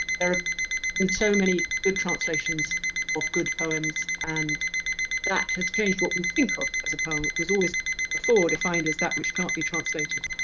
there have been so many good translations of good poems and that has changed what we think of as a poem which was always before defined as that which can't be translated,